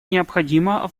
необходимо